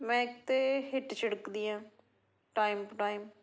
ਮੈਂ ਇੱਕ ਤਾਂ ਹਿੱਟ ਛਿੜਕਦੀ ਹਾਂ ਟਾਈਮ ਟੂ ਟਾਈਮ